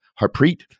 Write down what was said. Harpreet